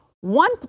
one